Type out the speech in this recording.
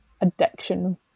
addiction